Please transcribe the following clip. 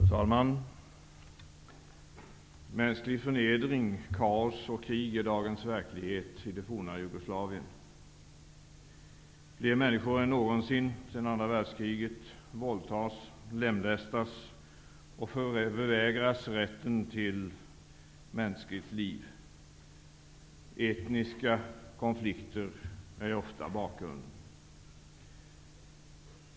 Fru talman! Mänsklig förnedring, krig och kaos är dagens verklighet i det forna Jugoslavien. Fler människor än någonsin sedan andra världskriget våldtas, lemlästas och förvägras rätten till mänskligt liv. Etniska konflikter är ofta bakgrunden.